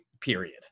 period